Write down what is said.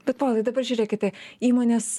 bet povilai dabar žiūrėkite įmonės